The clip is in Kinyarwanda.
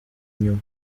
inyuma